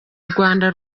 rwanda